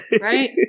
Right